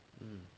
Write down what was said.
um